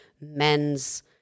men's